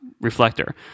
reflector